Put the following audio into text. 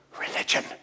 religion